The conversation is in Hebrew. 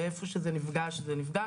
ואיפה שזה נפגש זה נפגש,